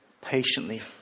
patiently